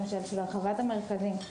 למשל של הרחבת המרכזים.